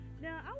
Now